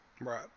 Right